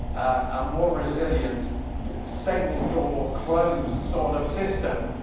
a more resilient stable door closed sort of system,